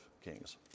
Kings